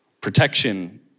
protection